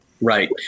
Right